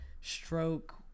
stroke